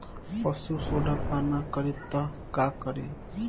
पशु सोडा पान करी त का करी?